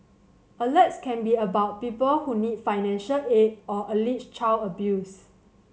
alerts can be about people who need financial aid or alleged child abuse